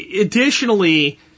Additionally